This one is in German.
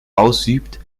ausübt